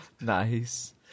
Nice